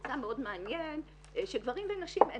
ממצא מאוד מעניין שגברים ונשים אין